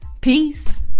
Peace